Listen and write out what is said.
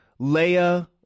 Leia